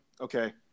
Okay